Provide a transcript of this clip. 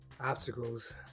obstacles